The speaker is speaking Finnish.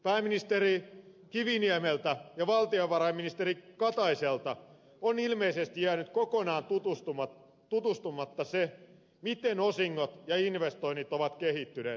pääministeri kiviniemeltä ja valtiovarainministeri kataiselta on ilmeisesti jäänyt kokonaan tutustumatta siihen miten osingot ja investoinnit ovat kehittyneet